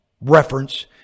reference